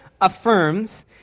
affirms